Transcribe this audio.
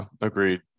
agreed